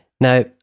Now